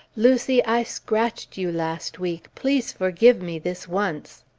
lucy, i scratched you last week! please forgive me this once!